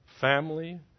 family